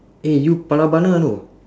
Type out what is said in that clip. eh you pala bana know